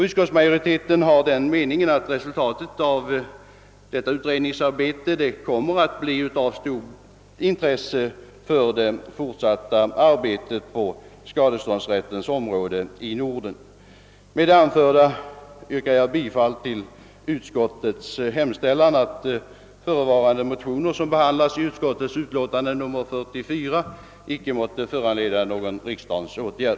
Utskottsmajoriteten har den meningen att resultatet av detta utredningsarbete kommer att få stort intresse för det fortsatta arbetet :på skadeståndsrättens område i Norden. Med det anförda yrkar jag bifall till utskottets hemställan att de motioner som behandlas i första lagutskottets utlåtande nr 44 icke måtte föranleda någon riksdagens åtgärd.